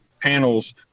panels